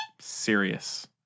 Serious